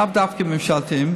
לאו דווקא ממשלתיים.